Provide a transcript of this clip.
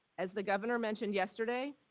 as the governor mentioned yesterday,